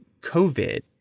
COVID